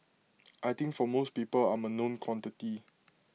I think for most people I'm A known quantity